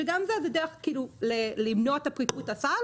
שגם זה דרך כאילו למנוע את פריקות הסל